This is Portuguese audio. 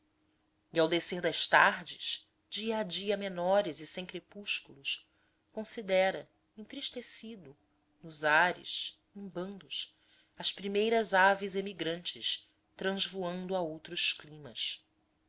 e ao descer das tardes dia a dia menores e sem crepúsculos considera entristecido nos ares em bandos as primeiras aves emigrantes transvoando a outros climas